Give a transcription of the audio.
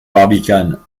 barbicane